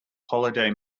holiday